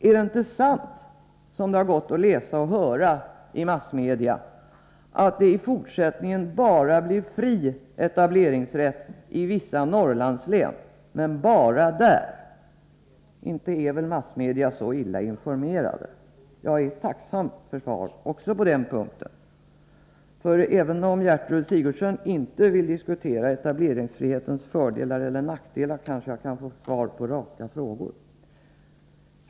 Är det inte sant — som det har gått att läsa och höra i massmedia — att det i fortsättningen blir fri etableringsrätt i vissa Norrlandslän, men bara där? Inte är väl journalisterna så illa informerade? Jag är tacksam för svar också på den punkten. Även om Gertrud Sigurdsen inte vill diskutera etableringsfrihetens fördelar eller nackdelar, kanske jag ändå kan få svar på raka frågor.